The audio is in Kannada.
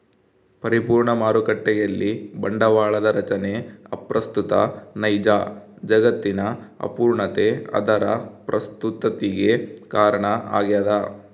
ಪರಿಪೂರ್ಣ ಮಾರುಕಟ್ಟೆಯಲ್ಲಿ ಬಂಡವಾಳದ ರಚನೆ ಅಪ್ರಸ್ತುತ ನೈಜ ಜಗತ್ತಿನ ಅಪೂರ್ಣತೆ ಅದರ ಪ್ರಸ್ತುತತಿಗೆ ಕಾರಣ ಆಗ್ಯದ